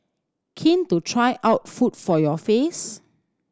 keen to try out food for your face